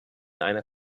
einer